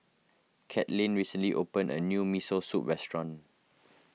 Katlin recently opened a new Miso Soup restaurant